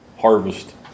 harvest